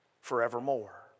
forevermore